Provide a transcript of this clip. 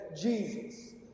Jesus